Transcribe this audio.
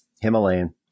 Himalayan